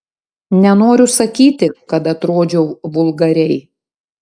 nenoriu sakyti kad atrodžiau vulgariai